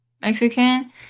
Mexican